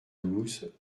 douze